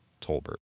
Tolbert